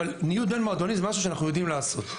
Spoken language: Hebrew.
אבל ניוד בין מועדונים זה משהו שאנחנו יודעים לעשות.